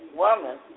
woman